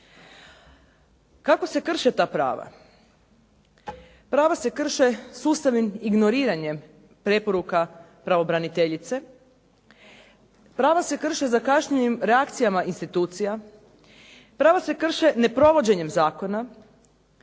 Kako se krše ta prava? Prava se krše sustavnim ignoriranjem preporuka pravobraniteljice, prava se krše zakašnjelim reakcijama institucijama, prava se krše neprovođenjem zakona